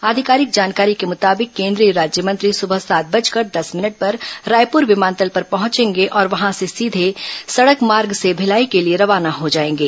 आधिकारिक जानकारी के मुताबिक केंद्रीय राज्यमंत्री सुबह सात बजकर दस मिनट पर रायपुर विमानतल पर पहुंचेंगे और वहां से सीधे सड़क मार्ग से भिलाई के लिए रवाना हो जाएंगे